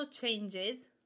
changes